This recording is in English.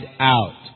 out